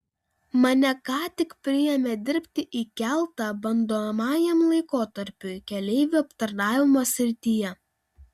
mane ką tik priėmė dirbti į keltą bandomajam laikotarpiui keleivių aptarnavimo srityje